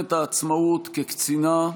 במלחמת העצמאות כקצינה.